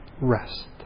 rest